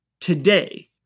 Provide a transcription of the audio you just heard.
Today